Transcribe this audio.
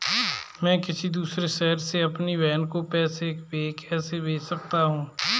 मैं किसी दूसरे शहर से अपनी बहन को पैसे कैसे भेज सकता हूँ?